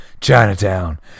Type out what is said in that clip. Chinatown